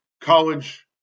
college